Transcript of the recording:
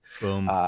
Boom